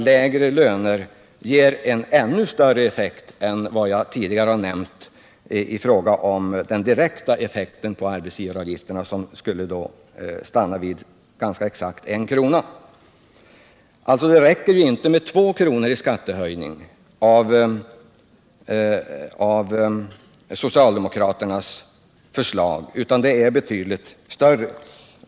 Lägre löner ger en ännu större negativ effekt än jag tidigare nämnde i fråga om den direkta effekten av en höjning av arbetsgivaravgiften, nämligen ganska exakt 1 kr. skattehöjning. Det räcker alltså inte med 2 kr. i skattehöjning utan följden av socialdemokraternas förslag blir betydligt större.